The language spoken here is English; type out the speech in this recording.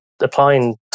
Applying